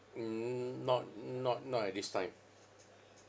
mm not not not at this time